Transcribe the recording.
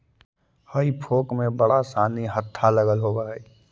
हेई फोक में बड़ा सानि हत्था लगल होवऽ हई